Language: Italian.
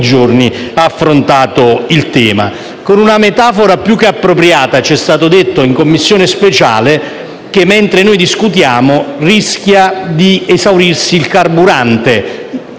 giorni - ha affrontato la questione. Con una metafora più che appropriata, ci è stato detto in Commissione speciale che, mentre discutiamo, rischia di esaurirsi il carburante.